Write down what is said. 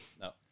No